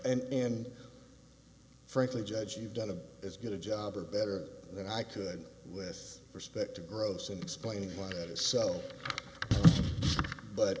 and in frankly judge you've done a as good a job or better than i could with respect to gross and explaining why that is so but